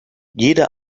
jede